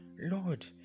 Lord